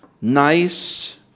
nice